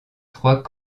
trois